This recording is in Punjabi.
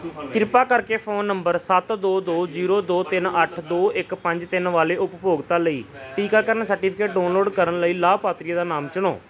ਕਿਰਪਾ ਕਰਕੇ ਫ਼ੋਨ ਨੰਬਰ ਸੱਤ ਦੋ ਦੋ ਜੀਰੋ ਦੋ ਤਿੰਨ ਅੱਠ ਦੋ ਇੱਕ ਪੰਜ ਤਿੰਨ ਵਾਲੇ ਉਪਭੋਗਤਾ ਲਈ ਟੀਕਾਕਰਨ ਸਰਟੀਫਿਕੇਟ ਡਾਊਨਲੋਡ ਕਰਨ ਲਈ ਲਾਭਪਾਤਰੀ ਦਾ ਨਾਮ ਚੁਣੋ